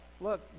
look